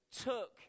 took